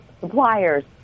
suppliers